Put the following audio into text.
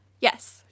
Yes